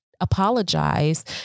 apologize